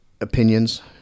opinions